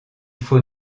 faut